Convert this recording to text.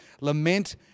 Lament